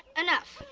enough.